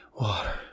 water